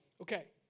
Okay